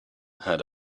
had